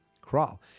crawl